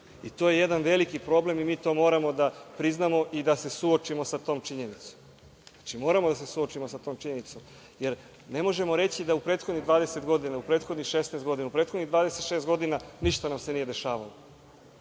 je jedan veliki problem i mi to moramo da priznamo i da se suočimo sa tom činjenicom. Znači, moramo da se suočimo sa tom činjenicom, jer ne možemo reći da u prethodnih 20 godina, u prethodnih 16 godina, u prethodnih 26 godina ništa nam se nije dešavalo. Sami